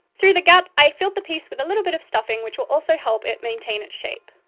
through the gap, i filled the piece with a little bit of stuffing which will also help it maintain its shape.